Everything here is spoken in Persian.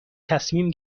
تصمیم